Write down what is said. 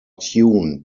tune